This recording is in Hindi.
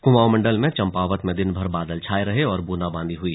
कुमाऊं मंडल में चंपावत में दिनभर बादल छाए रहे और ब्रंदाबांदी हुई